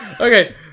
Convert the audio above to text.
okay